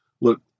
Look